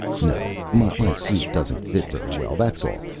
no. my suit doesn't fit very well, that's all.